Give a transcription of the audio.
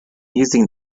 using